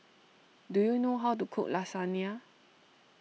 do you know how to cook Lasagna